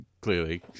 clearly